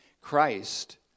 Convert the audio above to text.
Christ